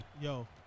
Yo